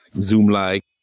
Zoom-like